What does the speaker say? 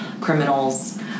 criminals